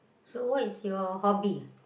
so what is your hobby